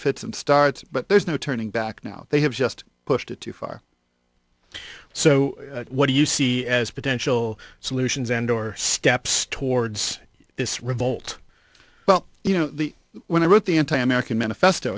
fits and starts but there's no turning back now they have just pushed it too far so what do you see as potential solutions and or steps towards this revolt well you know the when i wrote the anti american manifesto